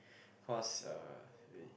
cause uh wait